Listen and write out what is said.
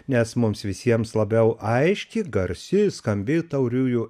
nes mums visiems labiau aiški garsi skambi tauriųjų